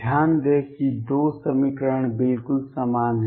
ध्यान दें कि 2 समीकरण बिल्कुल समान हैं